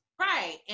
Right